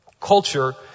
Culture